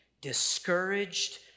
discouraged